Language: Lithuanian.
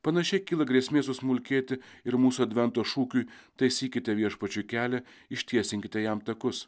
panašiai kyla grėsmė susmulkėti ir mūsų advento šūkiui taisykite viešpačiui kelią ištiesinkite jam takus